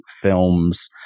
films